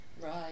Right